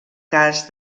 cas